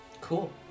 Cool